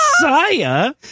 Messiah